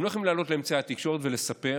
הם לא יכולים לעלות לאמצעי התקשורת ולספר,